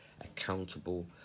accountable